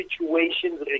situations